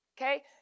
okay